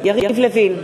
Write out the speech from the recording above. יריב לוין,